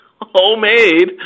homemade